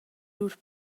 lur